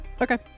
Okay